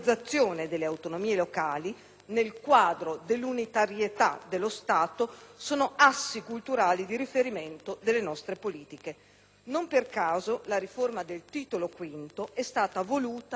nel quadro dell'unitarietà dello Stato sono assi culturali di riferimento delle nostre politiche. Non a caso la riforma del Titolo V della Costituzione è stata voluta ed approvata dal centrosinistra.